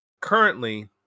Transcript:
Currently